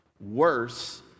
worse